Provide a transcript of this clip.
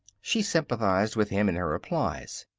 she sympathized with him in her replies.